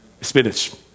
Spinach